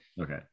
Okay